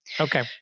Okay